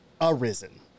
Arisen